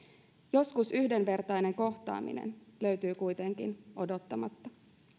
joskus yhdenvertainen kohtaaminen löytyy kuitenkin odottamatta